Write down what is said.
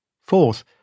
Fourth